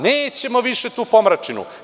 Nećemo više tu pomračinu.